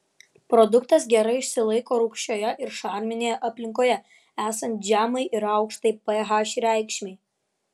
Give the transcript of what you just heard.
produktas gerai išsilaiko rūgščioje ir šarminėje aplinkoje esant žemai ir aukštai ph reikšmei